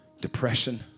Depression